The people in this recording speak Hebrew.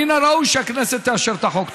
מן הראוי שהכנסת תאשר את החוק.